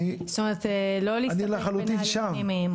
זאת אומרת, לא להסתפק בנהלים פנימיים.